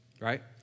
right